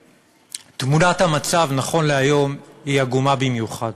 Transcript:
תמונת המצב נכון להיום היא עגומה במיוחד,